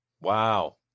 Wow